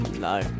No